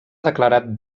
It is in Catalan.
declarat